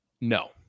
no